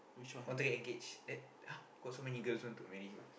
want to get engaged then !huh! got so many girls want to marry him ah